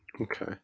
Okay